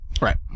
Right